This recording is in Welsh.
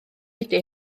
ydi